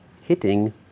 hitting